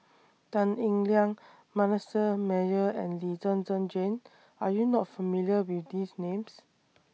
Tan Eng Liang Manasseh Meyer and Lee Zhen Zhen Jane Are YOU not familiar with These Names